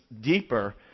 deeper